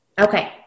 Okay